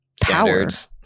powers